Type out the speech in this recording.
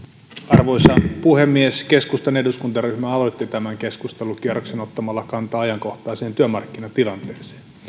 arvoisa puhemies keskustan eduskuntaryhmä aloitti tämän keskustelukierroksen ottamalla kantaa ajankohtaiseen työmarkkinatilanteeseen